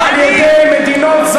מי מימן את כל ההפגנות שלכם?